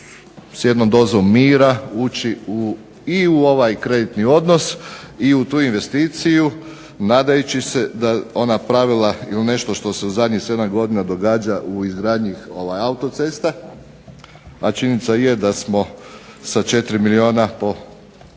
s jednom dozom mira ući u, i u ovaj kreditni odnos i u tu investiciju, nadajući se da ona pravila i u nešto što se u zadnjih 7 godina događa u izgradnji autocesta, a činjenica je da smo sa 4 milijuna po